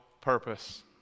purpose